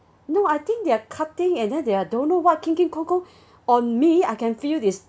no I think they're cutting and then they're don't know what king king kong kong on me I can feel it's